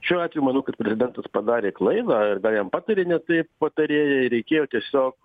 šiuo atveju manau kad prezidentas padarė klaidą arba jam patarė ne taip patarėjai reikėjo tiesiog